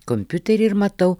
kompiuterį ir matau